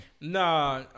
Nah